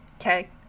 Okay